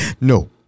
no